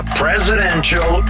presidential